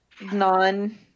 non